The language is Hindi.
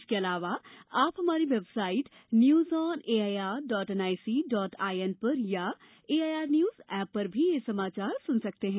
इसर्क अलावा आप हमारी website news on A I R dot N I C dot I N पर अथवा A I R news app पर भी समाचार सुन सकते हैं